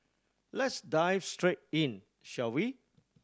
let's dive straight in shall we